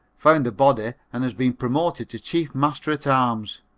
found the body and has been promoted to chief master-at-arms.